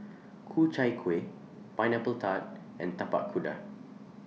Ku Chai Kueh Pineapple Tart and Tapak Kuda